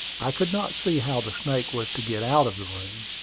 i could not see how the snake was to get out of the room.